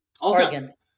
organs